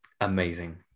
amazing